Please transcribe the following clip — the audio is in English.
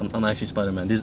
um actually spiderman.